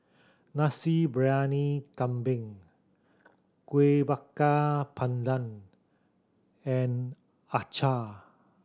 Nasi Briyani Kambing Kueh Bakar Pandan and acar